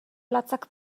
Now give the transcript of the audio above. latzak